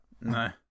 No